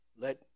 Let